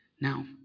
Now